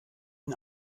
ihn